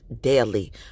daily